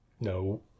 No